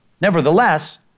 Nevertheless